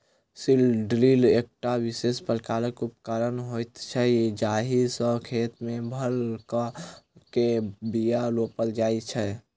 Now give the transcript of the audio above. seed drill एकटा विशेष प्रकारक उपकरण होइत छै जाहि सॅ खेत मे भूर क के बीया रोपल जाइत छै